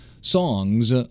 songs